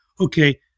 okay